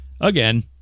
Again